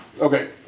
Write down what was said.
Okay